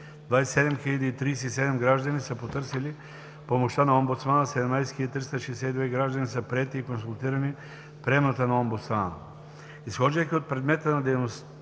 27 037 граждани са потърсили помощта на омбудсмана; 17 362 граждани са приети и консултирани в приемната на омбудсмана. Изхождайки от предмета на дейност